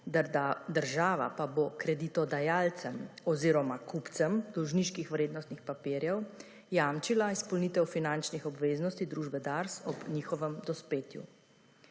država pa bo kreditodajalcem oziroma kupcem dolžniških vrednostnih papirjev jamčila izpolnitev finančnih obveznosti družbe DARS ob njihovem dospetju.